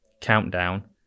countdown